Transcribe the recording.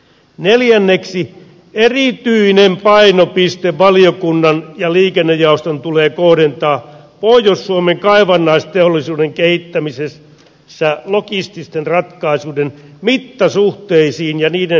neljänneksi erityinen painopiste valiokunnan ja liikennejaoston tulee kohdentaa pohjois suomen kaivannaisteollisuuden kehittämisessä logististen ratkaisujen mittasuhteisiin ja niiden mittaviin rahoituksiin